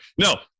no